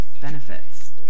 benefits